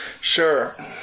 Sure